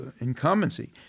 incumbency